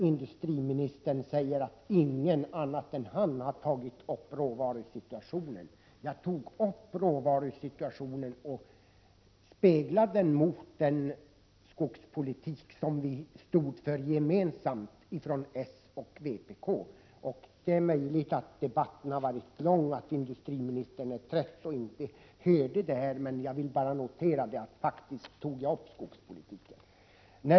Industriministern säger att ingen annan än han själv har tagit upp råvarusituationen. Det är inte sant. Jag tog upp råvarusituationen och speglade den mot den skogspolitik som socialdemokraterna och vpk i stort sätt för gemensamt. Debatten har varit lång, och det är möjligt att industriministern är trött och inte hörde att jag tog upp skogspolitiken.